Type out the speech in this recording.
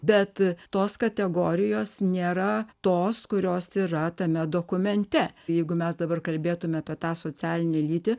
bet tos kategorijos nėra tos kurios yra tame dokumente jeigu mes dabar kalbėtume apie tą socialinę lytį